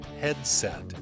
Headset